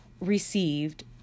received